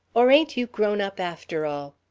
or ain't you grown up, after all?